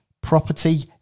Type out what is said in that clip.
property